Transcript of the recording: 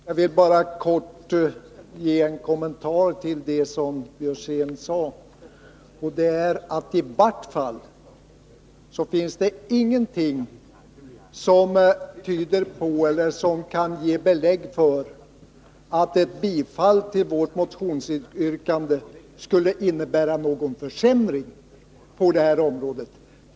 Herr talman! Jag vill bara kort ge en kommentar till det som Karl Björzén sade, nämligen att det i vart fall inte finns någonting som tyder på eller som kan ge belägg för att ett bifall till vårt motionsyrkande skulle innebära någon försämring på det här området.